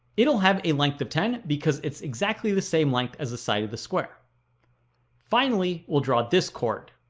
it'll have a length of ten because it's exactly the same length as a side of the square finally, we'll draw this chord